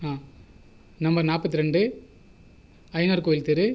number நாற்பத்தி ரெண்டு ஐய்னாரு கோயில் தெரு